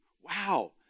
Wow